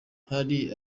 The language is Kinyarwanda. hari